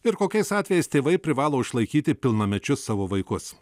ir kokiais atvejais tėvai privalo išlaikyti pilnamečius savo vaikus